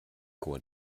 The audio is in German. chor